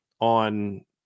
on –